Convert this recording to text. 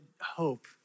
hope